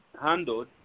handled